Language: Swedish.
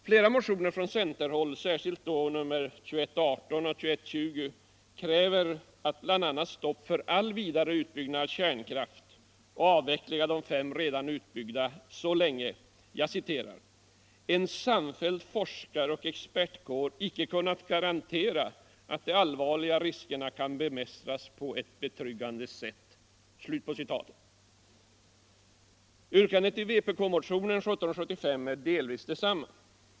Flera motioner från centerhåll, särskilt då 2118 och 2120, kräver bl.a. stopp för all vidare utbyggnad av kärnkraft och avveckling av de fem redan utbyggda så länge ”en samfälld forskaroch expertkår inte kunnat garantera att de allvarliga riskerna kan bemästras på ett betryggande sätt”. Yrkandet i vpk-motionen 1775 är delvis detsamma.